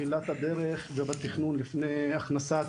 גם תחנות